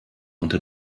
unter